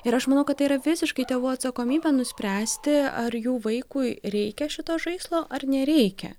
ir aš manau kad tai yra visiškai tėvų atsakomybė nuspręsti ar jų vaikui reikia šito žaislo ar nereikia